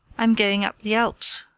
i'm going up the alps,